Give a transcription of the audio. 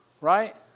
Right